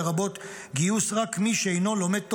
לרבות "גיוס רק מי שאינו לומד תורה",